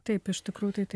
taip iš tikrųjų tai taip